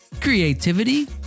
creativity